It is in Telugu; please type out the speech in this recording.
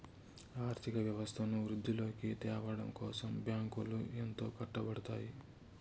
ఆర్థిక వ్యవస్థను వృద్ధిలోకి త్యావడం కోసం బ్యాంకులు ఎంతో కట్టపడుతాయి